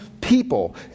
people